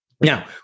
now